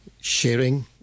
sharing